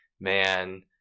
man